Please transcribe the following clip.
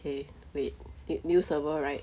K wait ne~ new server right